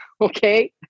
Okay